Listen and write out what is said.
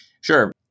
Sure